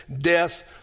death